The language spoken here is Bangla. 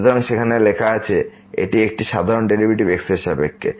সুতরাং সেখানে লেখা আছে এটি একটি সাধারণ ডেরিভেটিভ x এর সাপেক্ষে